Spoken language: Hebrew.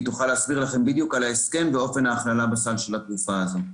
והיא תוכל להסביר לכם בדיוק על ההסכם ואופן ההכללה בסל של התרופה הזאת.